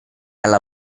alla